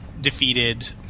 defeated